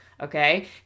okay